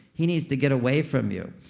he needs to get away from you.